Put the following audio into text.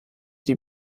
die